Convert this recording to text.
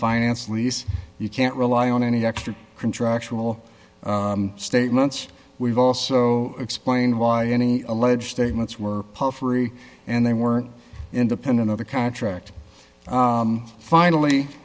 finance lease you can't rely on any extra contractual statements we've also explained why any alleged statements were puffery and they weren't independent of the contract finally